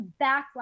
backlash